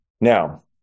Now